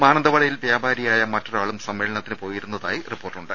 മാനന്തവാടിയിൽ വ്യാപാരിയായ മറ്റൊരാളും സമ്മേളനത്തിനും പോയിരുന്നതായി റിപ്പോർട്ടുണ്ട്